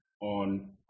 on